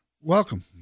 welcome